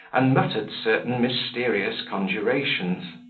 and muttered certain mysterious conjurations.